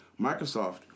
Microsoft